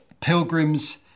pilgrims